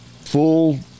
full